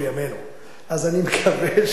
אז אני מקווה שהיא תתקבל.